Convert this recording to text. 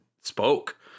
spoke